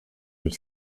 mit